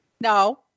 no